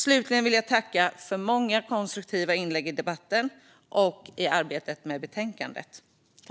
Slutligen vill jag tacka för många konstruktiva inlägg i debatten och i arbetet med betänkandet.